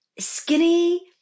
Skinny